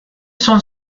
son